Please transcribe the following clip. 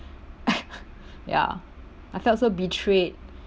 ya I felt so betrayed